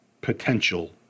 potential